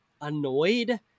annoyed